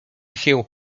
się